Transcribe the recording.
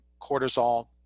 cortisol